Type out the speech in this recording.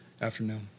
afternoon